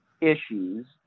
issues